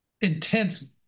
intense